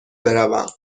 بروم